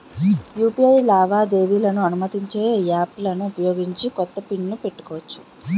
UPI లావాదేవీలను అనుమతించే యాప్లలను ఉపయోగించి కొత్త పిన్ ను పెట్టుకోవచ్చు